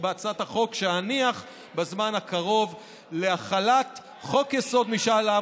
בהצעת החוק שאניח בזמן הקרוב להחלת חוק-יסוד: משאל עם,